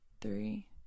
three